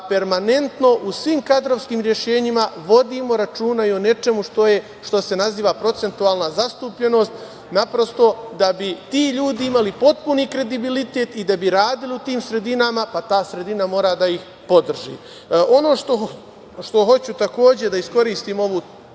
permanentno u svim kadrovskim rešenjima vodimo računa i o nečemu što se naziva procentualna zastupljenost, a da bi ti ljudi imali potpuni kredibilitet i da bi radili u tim sredinama, pa ta sredina mora da ih podrži. Hoću, takođe, da iskoristim ovu